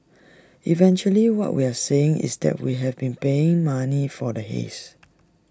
eventually what we are saying is that we have been paying money for the haze